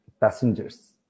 passengers